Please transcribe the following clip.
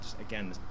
again